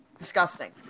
disgusting